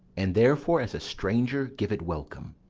and therefore as a stranger give it welcome.